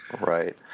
right